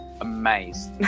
amazed